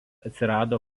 atsirado